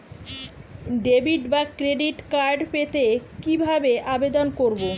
Debit বা credit card পেতে কি ভাবে আবেদন করব?